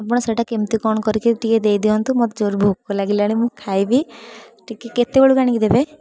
ଆପଣ ସେଇଟା କେମିତି କ'ଣ କରିକି ଟିକେ ଦେଇଦିଅନ୍ତୁ ମୋତେ ଜୋରେ ଭୋକ ଲାଗିଲାଣି ମୁଁ ଖାଇବି ଟିକେ କେତେବେଳକୁ ଆଣିକି ଦେବେ